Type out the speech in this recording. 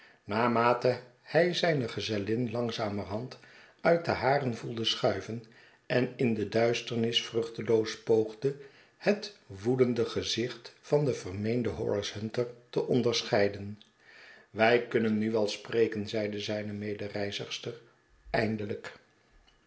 naarmate hij zijne gezellin langzamerhand uit den haren voelde schuiven en in de duisternis vruchteloos poogde het woedende gezicht van den vermeenden horace hunter te onderscheiden wij kunnen nu wel spreken zeide zijne medereizigster eindelijk